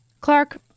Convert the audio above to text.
Clark